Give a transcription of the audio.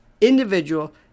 individual